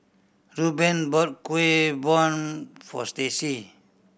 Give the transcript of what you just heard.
Reuben bought Kuih Bom for Stacy